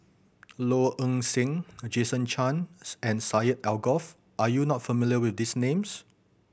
Low Ng Sing Jason Chan's and Syed Alsagoff are you not familiar with these names